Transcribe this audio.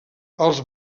els